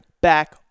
back